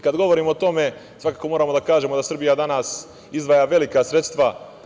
Kada govorimo o tome, svakako moramo da kažemo da Srbija danas izdvaja velika sredstva.